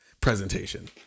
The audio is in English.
presentation